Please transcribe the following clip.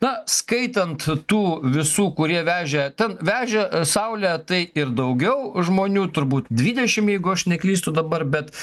na skaitant tų visų kurie vežė ten vežė saulę tai ir daugiau žmonių turbūt dvidešim jeigu aš neklystu dabar bet